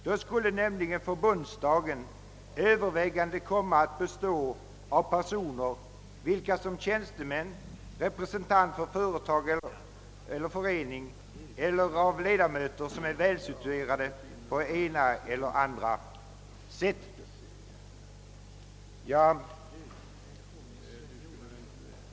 Då skulle nämligen förbundsdagen komma att bestå av tjänstemän, av representanter för företag eller föreningar eller av andra ledamöter som är välsituerade på det ena eller andra sättet.